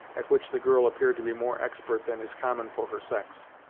at which the girl appeared to be more expert than is common for her sex.